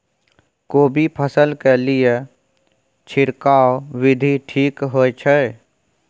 कोबी फसल के लिए छिरकाव विधी ठीक होय छै?